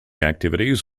activities